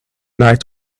night